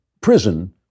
prison